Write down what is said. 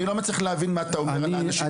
אני לא מצליח להבין מה אתה אומר על האנשים שלך.